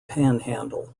panhandle